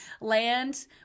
land